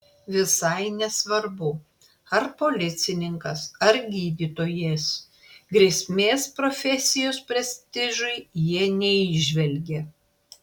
visai nesvarbu ar policininkas ar gydytojas grėsmės profesijos prestižui jie neįžvelgia